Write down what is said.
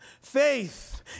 Faith